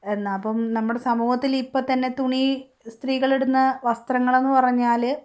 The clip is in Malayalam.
എന്നാൽ അപ്പം നമ്മുടെ സമൂഹത്തിൽ ഇപ്പം തന്നെ തുണി സ്ത്രീകളിടുന്ന വസ്ത്രങ്ങളെന്നു പറഞ്ഞാൽ